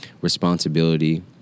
responsibility